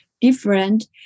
different